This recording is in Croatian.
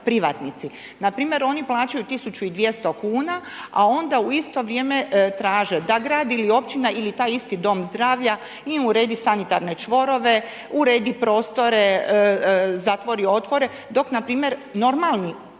privatnici. Npr. oni plaćaju 1200 kuna, a onda u isto vrijeme traže da grad ili općina ili taj isti dom zdravlja im uredi sanitarne čvorove, uredi prostore, zatvori otvore, dok npr. normali